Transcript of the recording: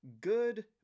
Good